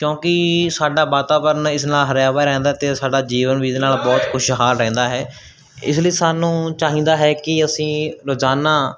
ਕਿਉਂਕਿ ਸਾਡਾ ਵਾਤਾਵਰਨ ਇਸ ਨਾਲ ਹਰਿਆ ਭਰਿਆ ਰਹਿੰਦਾ ਅਤੇ ਸਾਡਾ ਜੀਵਨ ਵੀ ਇਹਦੇ ਨਾਲ ਬਹੁਤ ਖੁਸ਼ਹਾਲ ਰਹਿੰਦਾ ਹੈ ਇਸ ਲਈ ਸਾਨੂੰ ਚਾਹੀਦਾ ਹੈ ਕਿ ਅਸੀਂ ਰੋਜ਼ਾਨਾ